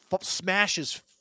smashes